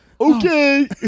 Okay